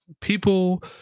people